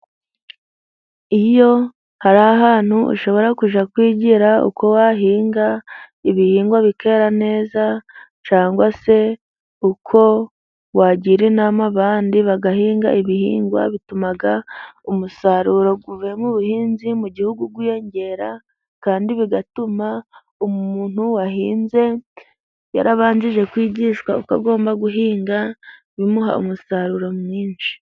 Iyo hari ahantu ushobora kujya kwigira uko wahinga ibihingwa bikera neza, cyangwa se uko wagira inama abandi, bagahinga ibihingwa bituma umusaruro uvuye mu buhinzi mu gihugu wiyongera, kandi bigatuma umuntu wahinze yarabanjije kwigishwa uko agomba guhinga bimuha umusaruro mwinshi.